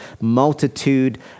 multitude